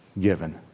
given